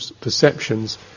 perceptions